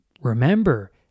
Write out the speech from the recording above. Remember